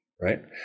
right